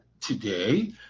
today